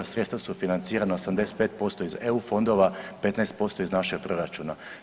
Sredstva su financirana 85% iz EU fondova, 15% iz našeg proračuna.